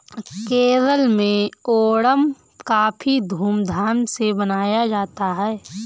केरल में ओणम काफी धूम धाम से मनाया जाता है